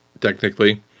technically